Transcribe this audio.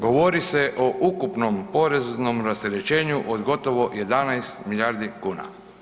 Govori se o ukupnom poreznom rasterećenju od gotovo 11 milijardi kuna.